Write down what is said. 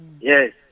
Yes